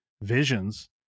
visions